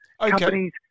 Companies